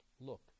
look